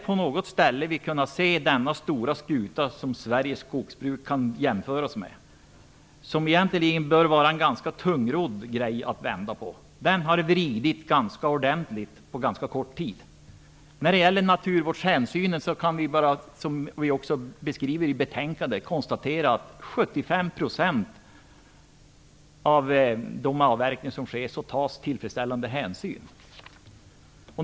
Sveriges skogsbruk, som kan jämföras med en stor skuta som egentligen bör vara ganska svår att vända, har så att säga vridits ganska ordentligt på ganska kort tid. När det gäller naturvårdshänsynen kan vi bara konstatera att det i fråga om 75 % av de avverkningar som sker tas tillfredsställande hänsyn, vilket också beskrivs i betänkandet.